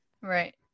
Right